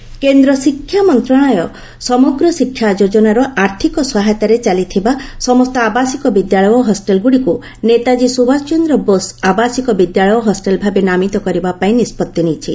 education ministry କେନ୍ଦ୍ର ଶିକ୍ଷା ମନ୍ତ୍ରଶାଳୟ ସମଗ୍ର ଶିକ୍ଷା ଯୋଜନାର ଆର୍ଥିକ ସହାୟତାରେ ଚାଲିଥିବା ସମସ୍ତ ଆବାସିକ ବିଦ୍ୟାଳୟ ଓ ହଷ୍ଟେଲଗୁଡିକୁ ନେତାକ୍କୀ ସୁଭାଷଚନ୍ଦ୍ର ବୋଷ ଆବାସିକ ବିଦ୍ୟାଳୟ ଓ ହଷ୍ଟେଲଭାବେ ନାମିତ କରିବା ପାଇଁ ନିଷ୍ପଭି ନେଇଛି